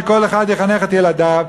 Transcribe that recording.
שכל אחד יחנך את ילדיו.